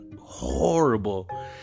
Horrible